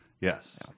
Yes